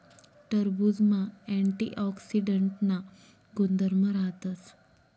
टरबुजमा अँटीऑक्सीडांटना गुणधर्म राहतस